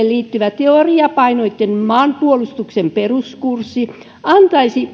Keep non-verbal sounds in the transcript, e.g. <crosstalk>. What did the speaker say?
<unintelligible> liittyvä teoriapainotteinen maanpuolustuksen peruskurssi antaisi